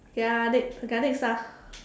okay ah next okay ah next ah